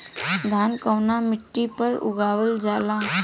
धान कवना मिट्टी पर उगावल जाला?